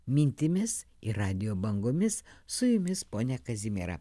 mintimis ir radijo bangomis su jumis ponia kazimiera